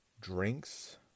drinks